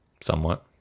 somewhat